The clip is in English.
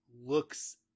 looks